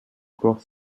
cours